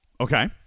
Okay